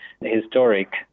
historic